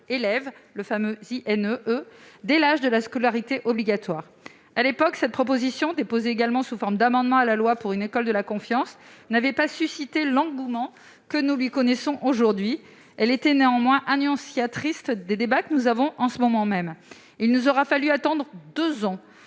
élève, le fameux « INE », dès l'âge de l'instruction obligatoire. À l'époque, cette proposition de loi, déposée également sous forme d'amendement au projet de loi pour une école de la confiance, n'avait pas suscité l'engouement que nous constatons aujourd'hui ; elle était néanmoins annonciatrice des débats que nous avons en ce moment même. Il nous aura fallu attendre deux ans